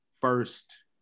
first